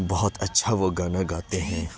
بہت اچھا وہ گانا گاتے ہیں